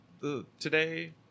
today